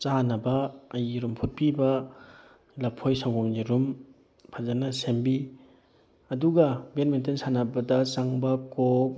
ꯆꯥꯅꯕ ꯑꯩꯒꯤ ꯌꯦꯔꯨꯝ ꯐꯨꯠꯄꯤꯕ ꯂꯐꯣꯏ ꯁꯪꯒꯣꯝ ꯌꯦꯔꯨꯝ ꯐꯖꯅ ꯁꯦꯝꯕꯤ ꯑꯗꯨꯒ ꯕꯦꯠꯃꯤꯟꯇꯟ ꯁꯥꯟꯅꯕꯗ ꯆꯪꯕ ꯀꯣꯛ